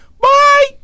bye